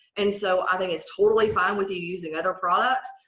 and so i think it's totally fine with you using other products.